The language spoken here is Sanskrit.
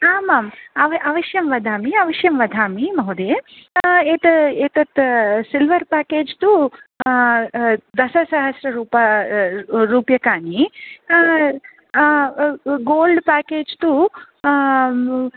आमाम् अवश्यं वदामि अवश्यं वदामि महोदये एतत् एतत् सिल्वर् पेकेज् तु दशसहस्ररूप रूप्यकाणि गोल्ड् पेकेज् तु